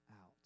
out